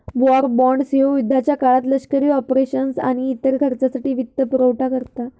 war bonds ह्यो युद्धाच्या काळात लष्करी ऑपरेशन्स आणि इतर खर्चासाठी वित्तपुरवठा करता